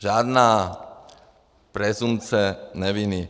Žádná presumpce neviny.